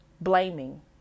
blaming